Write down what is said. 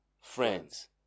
friends